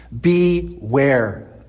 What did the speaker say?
Beware